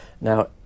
Now